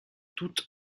toutes